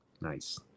nice